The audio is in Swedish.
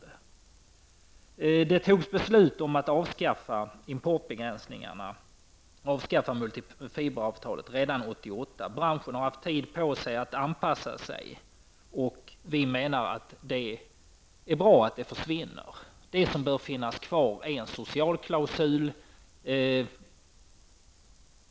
Det fattades redan 1988 beslut om att avskaffa importbegränsningarna och mulitfiberavtalet. Branschen har haft tid på sig att anpassa sig. Vi menar att det är bra att detta försvinner. Det som bör finnas kvar är en socialklausul.